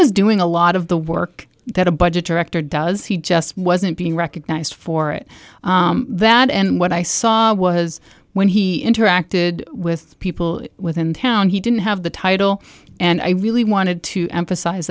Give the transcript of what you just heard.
was doing a lot of the work that a budget director does he just wasn't being recognized for it that and what i saw was when he interacted with people within town he didn't have the title and i really wanted to emphasize